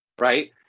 Right